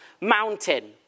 mountain